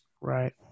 Right